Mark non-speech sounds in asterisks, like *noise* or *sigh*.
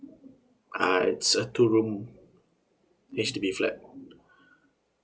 uh it's a two room H_D_B flat *breath*